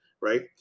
right